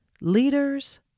Leaders